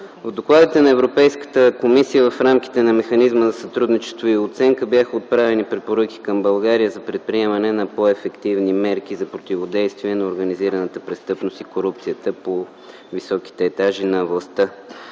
От докладите на Европейската комисия в рамките на механизма за сътрудничество и оценка бяха отправени препоръки към България за предприемане на по-ефективни мерки за противодействие на организираната престъпност и корупцията по високите етажи на властта.